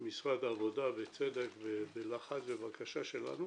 משרד העבודה בצדק ולבקשה שלנו